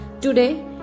today